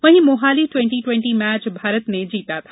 वहीं Mohali twenty twenty match Bharat ने जीता था